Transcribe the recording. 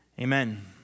amen